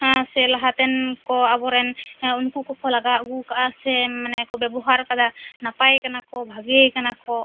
ᱦᱮᱸ ᱥᱮ ᱞᱟᱦᱟᱛᱮᱱ ᱠᱚ ᱟᱵᱚᱨᱮ ᱩᱱᱠᱩ ᱠᱚ ᱠᱚ ᱞᱟᱜᱟᱣ ᱟᱜᱩ ᱠᱟᱜᱼᱟ ᱥᱮ ᱢᱟᱱᱮ ᱠᱚ ᱵᱮᱵᱚᱦᱟᱨ ᱠᱟᱫᱟ ᱱᱟᱯᱟᱭ ᱠᱟᱱᱟ ᱠᱚ ᱵᱷᱟᱜᱮ ᱠᱟᱱᱟ ᱠᱚ